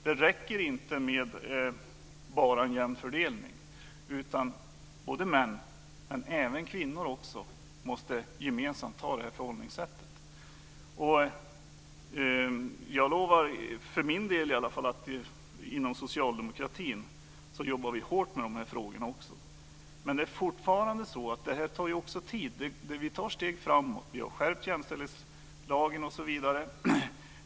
Det räcker inte med bara en jämn fördelning, utan både män och kvinnor måste gemensamt anta det här förhållningssättet. Jag lovar, för min del i alla fall, att vi inom socialdemokratin jobbar hårt med de här frågorna. Men det är fortfarande så att det här tar tid. Vi tar steg framåt. Vi har skärpt jämställdhetslagen osv.